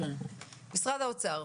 משרד האוצר,